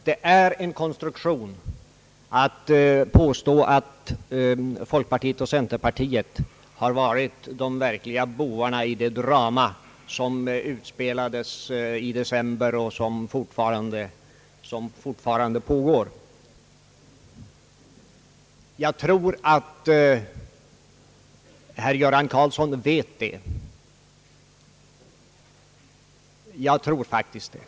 Det är en konstruktion att påstå, att folkpartiet och centerpartiet har varit de verkliga bovarna i det drama som utspelades i december och som fortfarande pågår. Jag tror faktiskt att herr Göran Karlsson vet detta.